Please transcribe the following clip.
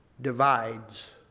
divides